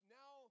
now